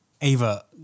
Ava